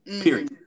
Period